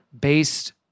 based